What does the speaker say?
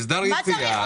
למה צריך אתכם?